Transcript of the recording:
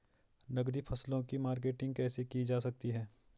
नकदी फसलों की मार्केटिंग कैसे की जा सकती है?